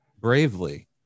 bravely